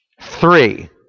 Three